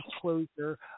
closure